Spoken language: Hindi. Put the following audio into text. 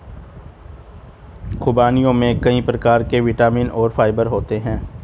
ख़ुबानियों में कई प्रकार के विटामिन और फाइबर होते हैं